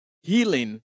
healing